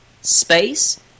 Space